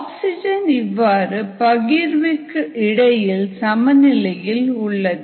oxygen இவ்வாறு பகிர்வுக்கு இடையில் சமநிலையில் உள்ளது